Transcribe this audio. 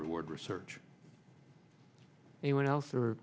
reward research anyone else or